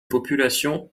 populations